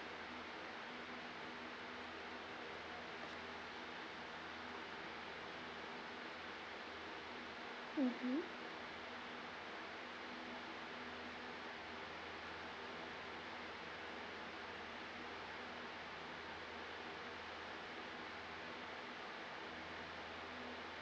mmhmm